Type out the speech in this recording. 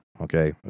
Okay